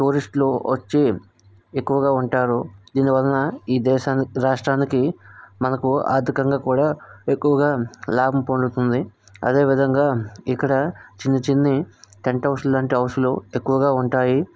టూరిస్టులు వచ్చి ఎక్కువగా ఉంటారు దీనివలన ఈ దేశానికి రాష్ట్రానికి మనకు ఆర్థికంగా కూడా ఎక్కువగా లాభం పొందుతుంది అదేవిధంగా ఇక్కడ చిన్నిచిన్ని టెంట్ హౌస్ లాంటి హౌస్లు ఎక్కువగా ఉంటాయి